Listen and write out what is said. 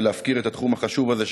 ולהפקיר את התחום החשוב הזה,